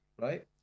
right